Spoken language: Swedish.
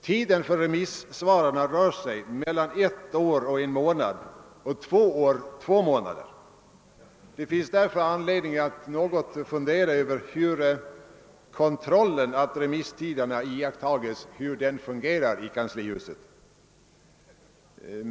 Tiden för remissvaren rör sig mellan ett år och en månad samt två år och två månader. Det finns därför anledning att något fundera över hur kontrollen över iakttagandet av remisstiderna fungerar i kanslihuset.